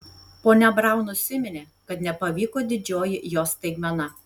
ponia braun nusiminė kad nepavyko didžioji jos staigmena